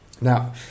Now